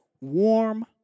Warm